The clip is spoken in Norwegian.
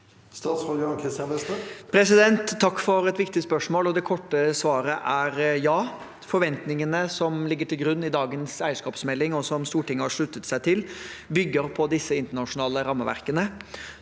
Statsråd Jan Christian Vestre Takk for et viktig spørsmål. Det korte svaret er ja: Forventningene som ligger til grunn i dagens eierskapsmelding, og som Stortinget har sluttet seg til, bygger på disse internasjonale rammeverkene.